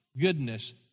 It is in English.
goodness